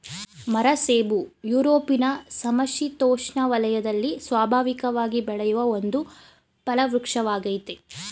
ಮರಸೇಬು ಯುರೊಪಿನ ಸಮಶಿತೋಷ್ಣ ವಲಯದಲ್ಲಿ ಸ್ವಾಭಾವಿಕವಾಗಿ ಬೆಳೆಯುವ ಒಂದು ಫಲವೃಕ್ಷವಾಗಯ್ತೆ